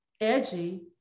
edgy